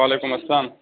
وعلیکُم اسلام